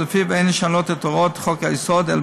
שלפיה אין לשנות את הוראות חוק-היסוד אלא